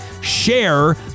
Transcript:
share